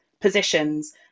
positions